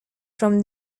from